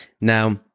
now